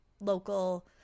local